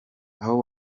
aho